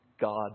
God